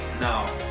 now